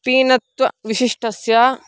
पीनत्वविशिष्टस्य